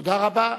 תודה רבה.